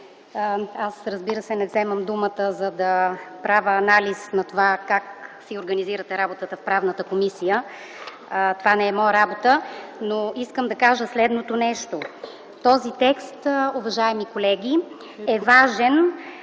Аз, разбира се, не вземам думата, за да правя анализ на това как си организирате работата в Правната комисия, това не е моя работа, но искам да кажа следното нещо. Този текст, уважаеми колеги, е важен